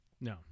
No